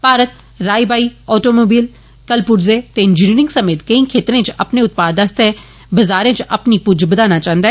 भारत राई बाई आटोमोबाईल कलप्र्जें ते इंजीनियरिंग समेत केंई क्षेत्र च अपने उत्पादें आस्तै बजारें च अपनी प्ज्ज बदाना चाहंदा ऐ